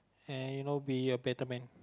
and you know be a better man